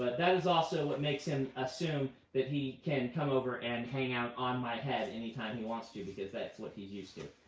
but that is also what makes him assume that he can come over and hang out on my head any time wants to, because that's what he's used to.